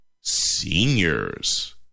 Seniors